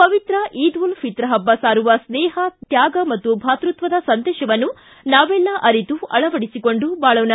ಪವಿತ್ರ ಈದ್ ಉಲ್ ಫಿತರ್ ಹಬ್ಲ ಸಾರುವ ಸ್ಟೇಹ ತ್ಯಾಗ ಮತ್ತು ಭಾತೃತ್ವದ ಸಂದೇಶವನ್ನು ನಾವೆಲ್ಲ ಅರಿತು ಅಳವಡಿಸಿಕೊಂಡು ಬಾಳೋಣ